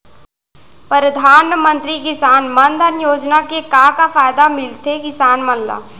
परधानमंतरी किसान मन धन योजना के का का फायदा मिलथे किसान मन ला?